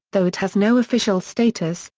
though it has no official status,